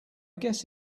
guess